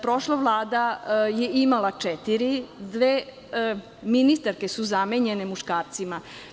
Prošla Vlada je imala četiri, dve ministarke su zamenjene muškarcima.